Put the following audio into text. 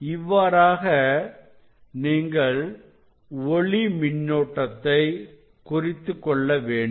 இவ்வாறாக நீங்கள் ஒளி மின்னோட்டத்தை குறித்துக்கொள்ள வேண்டும்